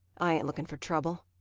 i ain't looking for trouble.